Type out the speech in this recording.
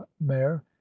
mayor